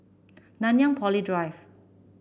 Nanyang Poly Drive